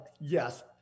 Yes